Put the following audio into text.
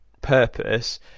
purpose